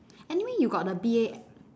anyway you got the B A